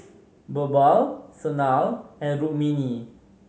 Birbal Sanal and Rukmini